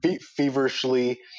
feverishly